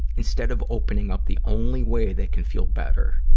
instead of opening up, the only way they can feel better,